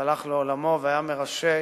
והלך לעולמו, היה מראשי